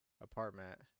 apartment